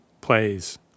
plays